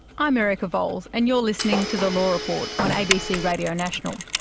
i'm erica vowles and you're listening to the law report on abc radio national.